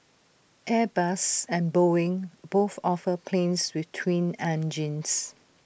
airbus and boeing both offer planes with twin engines